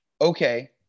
Okay